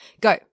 Go